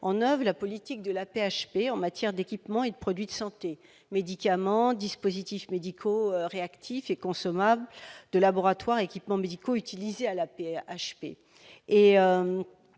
en oeuvre la politique de l'AP-HP en matière d'équipements et de produits de santé : médicaments, dispositifs médicaux réactifs et consommables de laboratoire, équipements médicaux utilisés à l'AP-HP